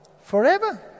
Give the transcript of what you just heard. Forever